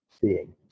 seeing